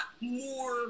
more